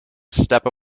step